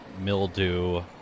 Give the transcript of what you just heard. mildew